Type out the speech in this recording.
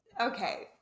okay